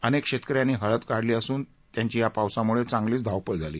अनेक शेतक ऱ्यांनी हळद काढली असून त्यांची या पावसामुळे चांगलीच धावपळ झाली